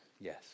yes